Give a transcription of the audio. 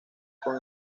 con